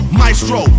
maestro